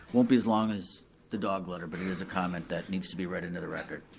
won't be as long as the dog letter, but it is a comment that needs to be read into the record.